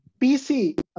PC